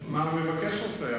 מה המבקש רוצה?